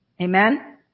Amen